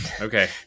Okay